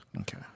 Okay